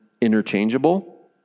interchangeable